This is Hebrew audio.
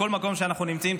בכל מקום שאנחנו נמצאים,